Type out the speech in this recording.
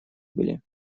были